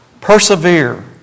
Persevere